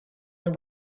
than